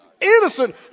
Innocent